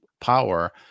power